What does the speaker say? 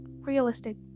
realistic